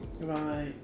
Right